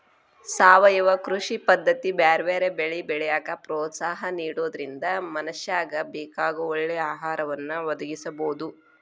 ಸಾವಯವ ಕೃಷಿ ಪದ್ದತಿ ಬ್ಯಾರ್ಬ್ಯಾರೇ ಬೆಳಿ ಬೆಳ್ಯಾಕ ಪ್ರೋತ್ಸಾಹ ನಿಡೋದ್ರಿಂದ ಮನಶ್ಯಾಗ ಬೇಕಾಗೋ ಒಳ್ಳೆ ಆಹಾರವನ್ನ ಒದಗಸಬೋದು